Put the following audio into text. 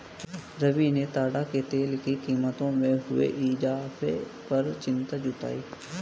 रवि ने ताड़ के तेल की कीमतों में हुए इजाफे पर चिंता जताई